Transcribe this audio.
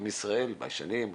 עם ישראל ביישנים.